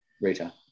Rita